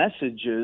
messages